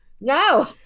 No